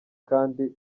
kandi